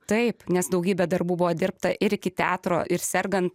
taip nes daugybė darbų buvo dirbta ir iki teatro ir sergant